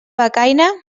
becaina